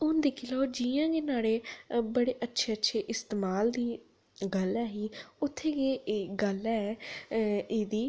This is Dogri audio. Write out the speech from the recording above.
हून दिक्खी लैओ जि'यां गै न्हाड़े बड़े अच्छे अच्छे इस्तेमाल दी गल्ल ऐ ही उत्थै गै एह् गल्ल ऐ एह्दी